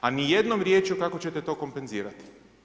A nijednom riječju kako ćete to kompenzirati.